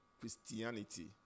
Christianity